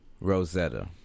Rosetta